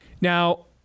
Now